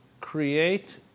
create